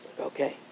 okay